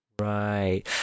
right